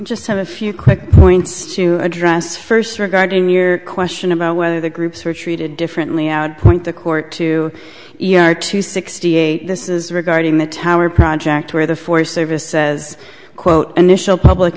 just have a few quick points to address first regarding your question about whether the groups are treated differently out point the court to e r to sixty eight this is regarding the tower project where the forest service says quote initial public